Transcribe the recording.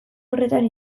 horretan